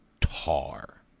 tar